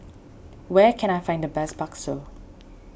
where can I find the best Bakso